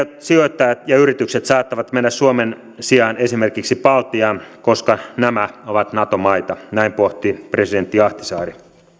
sijoittajat ja yritykset saattavat mennä suomen sijaan esimerkiksi baltiaan koska nämä ovat nato maita näin pohti presidentti ahtisaari